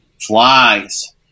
flies